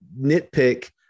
nitpick